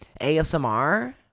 ASMR